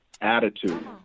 attitude